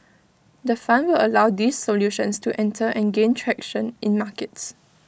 the fund allow these solutions to enter and gain traction in markets